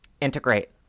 integrate